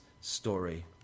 Story